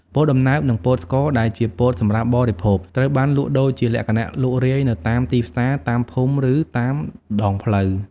ពោតដំណើប និងពោតស្ករ ដែលជាពោតសម្រាប់បរិភោគ ត្រូវបានលក់ដូរជាលក្ខណៈលក់រាយនៅតាមទីផ្សារ តាមភូមិ ឬតាមដងផ្លូវ។